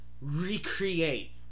recreate